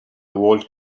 old